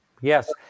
Yes